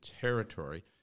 territory